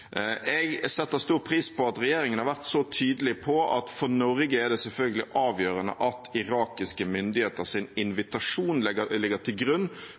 Jeg setter stor pris på at regjeringen har vært så tydelig på at for Norge er det selvfølgelig avgjørende at irakiske myndigheters invitasjon ligger til grunn